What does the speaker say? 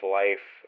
life